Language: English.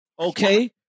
Okay